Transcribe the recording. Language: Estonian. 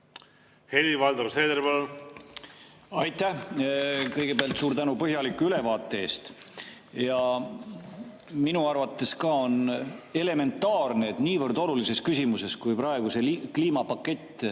on õige või vale. Aitäh! Kõigepealt suur tänu põhjaliku ülevaate eest! Minu arvates ka on elementaarne, et niivõrd olulises küsimuses kui praegu see kliimapakett